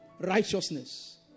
righteousness